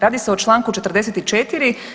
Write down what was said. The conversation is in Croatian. Radi se o čl. 44.